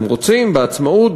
הם רוצים בעצמאות,